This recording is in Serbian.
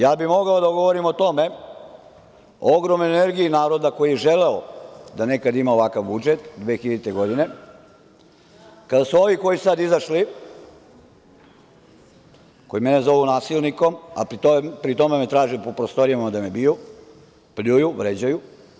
Ja bih mogao da govorim o tome, o ogromnoj energiji naroda koji je želeo da nekada ima ovakav budžet 2000. godine, kada su ovi koji su sada izašli, koji mene zovu nasilnikom, a pri tome me traže po prostorijama da me biju, pljuju, vređaju…